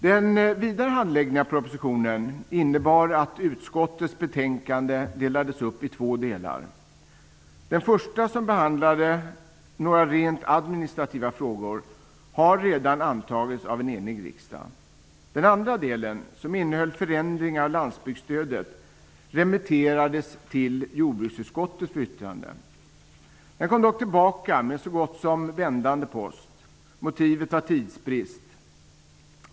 Den vidare handläggningen av propositionen innebar att utskottets betänkande delades upp i två delar. Den första, som behandlade några rent administrativa frågor, har redan antagits av en enig riksdag. Den andra delen, som innehöll en förändring av landsbygdsstödet, remitterades till jordbruksutskottet för yttrande. Den kom dock tillbaka med så gott som vändande post. Motivet var tidsbrist.